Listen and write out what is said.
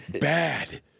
bad